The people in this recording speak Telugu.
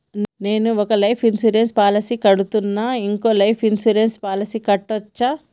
నేను ఒక లైఫ్ ఇన్సూరెన్స్ పాలసీ కడ్తున్నా, ఇంకో లైఫ్ ఇన్సూరెన్స్ పాలసీ కట్టొచ్చా?